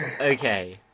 Okay